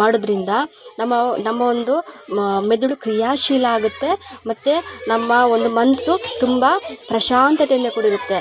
ಮಾಡೋದ್ರಿಂದ ನಮ್ಮ ನಮ್ಮ ಒಂದು ಮೆದುಳು ಕ್ರಿಯಾಶೀಲ ಆಗುತ್ತೆ ಮತ್ತು ನಮ್ಮ ಒಂದು ಮನಸ್ಸು ತುಂಬ ಪ್ರಶಾಂತತೆಯಿಂದ ಕೂಡಿರುತ್ತೆ